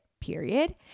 period